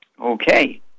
Okay